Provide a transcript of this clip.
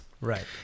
right